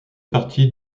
partie